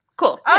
Cool